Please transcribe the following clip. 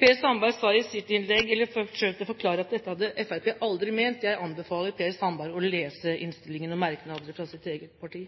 Per Sandberg sa i sitt innlegg eller forsøkte å forklare at dette hadde Fremskrittspartiet aldri ment. Jeg anbefaler Per Sandberg å lese innstillingen og merknader fra hans eget parti.